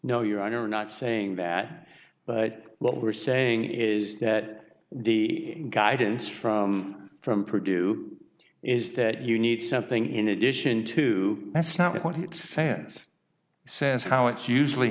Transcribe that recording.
honor not saying that but what we're saying is that the guidance from from purdue is that you need something in addition to that's not what it sans says how it's usually